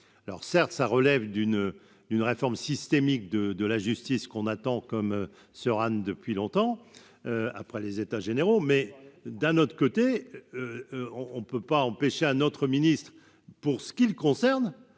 alors certes ça relève d'une d'une réforme systémique de de la justice qu'on attend comme soeur Anne depuis longtemps après les états généraux, mais d'un autre côté, on on ne peut pas empêcher un autre ministre, pour ce qui le concerne